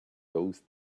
those